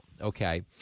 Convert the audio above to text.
okay